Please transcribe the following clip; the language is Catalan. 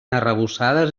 arrebossades